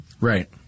right